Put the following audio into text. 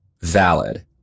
valid